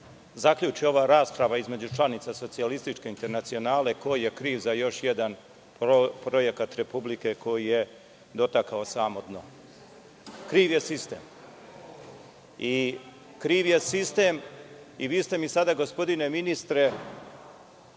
zaključi ova rasprava između članica Socijalističke internacionale, ko je kriv za još jedan projekat Republike koji je dotakao samo dno. Kriv je sistem. Vi ste mi sada, gospodine ministre,